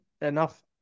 enough